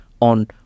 on